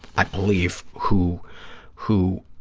i believe, who who